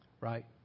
right